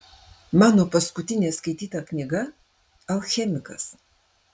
mano paskutinė skaityta knyga alchemikas